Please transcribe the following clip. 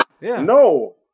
No